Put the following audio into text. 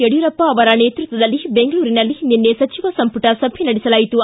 ಯಡಿಯೂರಪ್ಪ ನೇತೃತ್ವದಲ್ಲಿ ಬೆಂಗಳೂರಿನಲ್ಲಿ ನಿನ್ನೆ ಸಚಿವ ಸಂಮಟ ಸಭೆ ನಡೆಸಲಾಯಿತು